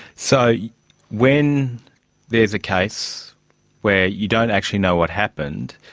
so when there's a case where you don't actually know what happened,